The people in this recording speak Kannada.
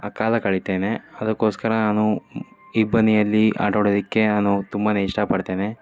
ಆ ಕಾಲ ಕಳಿತೇನೆ ಅದಕ್ಕೋಸ್ಕರ ನಾನು ಇಬ್ಬನಿಯಲ್ಲಿ ಆಟಾಡೋದಕ್ಕೆ ನಾನು ತುಂಬ ಇಷ್ಟಪಡ್ತೇನೆ